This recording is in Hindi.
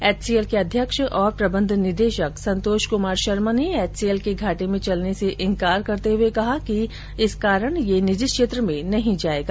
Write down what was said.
एचसीएल के अध्यक्ष और प्रबंध निदेशक संतोष कुमार शर्मा ने एचसीएल के घाटे में चलने से इंकार करते हुए कहा है कि इस कारण यह निजी क्षेत्र में नहीं जाएगा